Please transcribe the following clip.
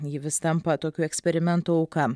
ji vis tampa tokių eksperimentų auka